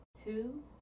two